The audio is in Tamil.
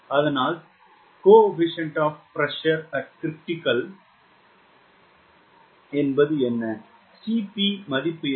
அதனால் 𝐶PCR என்பது என்ன Cp மதிப்பு என்ன